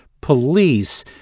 police